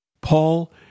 Paul